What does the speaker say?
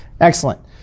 Excellent